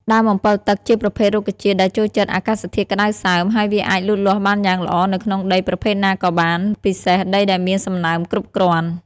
ដើមអម្ពិលទឹកជាប្រភេទរុក្ខជាតិដែលចូលចិត្តអាកាសធាតុក្តៅសើម ហើយវាអាចលូតលាស់បានយ៉ាងល្អនៅក្នុងដីប្រភេទណាក៏បាន ពិសេសដីដែលមានសំណើមគ្រប់គ្រាន់។